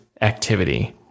activity